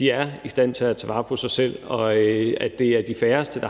er i stand til at tage vare på sig selv, og at det er de færreste, der